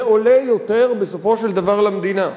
זה עולה יותר, בסופו של דבר, למדינה.